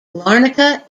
larnaca